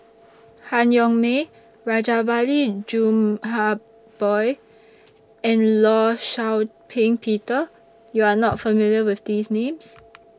Han Yong May Rajabali and law Shau Ping Peter YOU Are not familiar with These Names